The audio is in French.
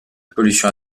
pollution